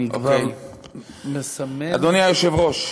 אדוני היושב-ראש,